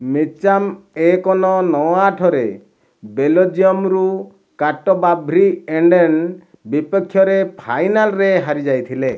Mitcham ଏକ ନଅ ନଅ ଆଠ ରେ ବେଲଜିୟମରୁ କାଟବାଭ୍ରିଏଣ୍ଡେନ ବିପକ୍ଷରେ ଫାଇନାଲରେ ହାରି ଯାଇଥିଲେ